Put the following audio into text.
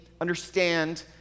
Understand